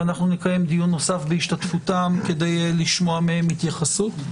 נקיים דיון נוסף בהשתתפותם לשמוע מהם התייחסות.